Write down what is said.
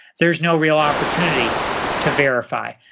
there is no real opportunity to verify.